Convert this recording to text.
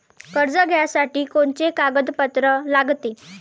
कर्ज घ्यासाठी कोनचे कागदपत्र लागते?